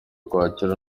kwakira